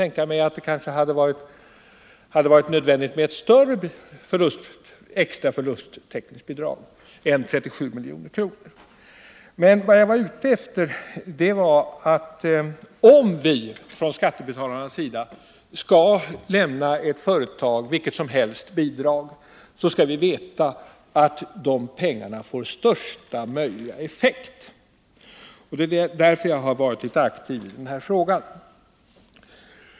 tänka mig att det kanske hade varit nödvändigt med ett större extra förlusttäckningsbidrag än 37 milj.kr. Men vad jag är ute efter är att vi skattebetalare, om vi skall lämna bidrag till ett företag, vilket som helst, skall veta att pengarna får största möjliga effekt. Det är därför som jag har varit aktiv i denna fråga.